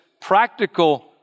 practical